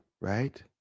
right